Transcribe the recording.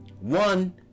One